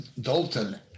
Dalton